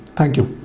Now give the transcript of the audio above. thank you.